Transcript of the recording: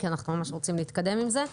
כי אנחנו ממש רוצים להתקדם עם זה.